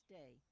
day